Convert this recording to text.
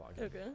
Okay